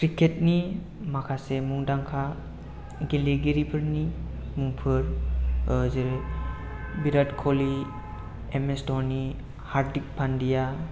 cricket नि माखासे मुंदांखा गेलेगिरिफोरनि मुंफोर जेरै भिरात कलि एम एस धनि हारदिक पान्दिया